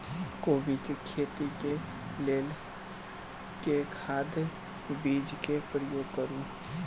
कोबी केँ खेती केँ लेल केँ खाद, बीज केँ प्रयोग करू?